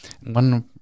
one